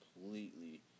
completely